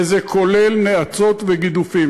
וזה כולל נאצות וגידופים.